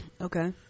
okay